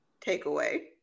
takeaway